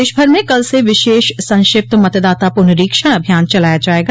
प्रदेश भर में कल से विशेष संक्षिप्त मतदाता पुनरीक्षण अभियान चलाया जायेगा